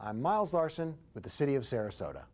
miles larson with the city of sarasota